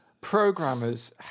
programmers